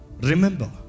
Remember